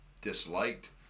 disliked